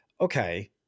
okay